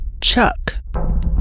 Chuck